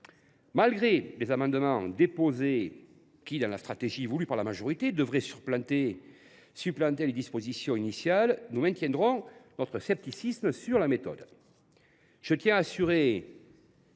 Malgré les amendements déposés qui, dans la stratégie voulue par la majorité, devraient supplanter les dispositions initiales, nous maintiendrons notre scepticisme sur la méthode.